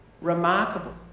remarkable